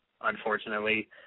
Unfortunately